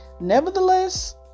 nevertheless